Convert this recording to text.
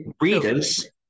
Readers